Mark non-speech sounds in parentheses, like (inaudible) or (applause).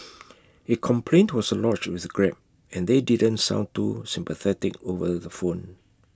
(noise) A complaint was lodged with grab and they didn't sound too sympathetic over the phone